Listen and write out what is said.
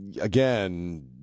Again